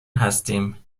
هستیم